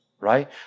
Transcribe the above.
right